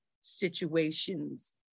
situations